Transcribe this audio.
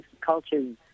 cultures